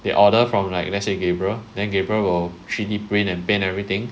they order from like let's say gabriel then gabriel will three D print and paint everything